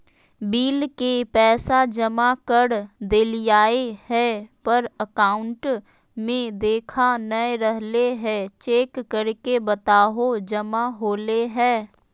Bill के पैसा जमा कर देलियाय है पर अकाउंट में देखा नय रहले है, चेक करके बताहो जमा होले है?